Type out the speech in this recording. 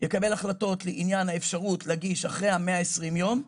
יקבל החלטות לעניין האפשרות להגיש אחרי ה-120 יום,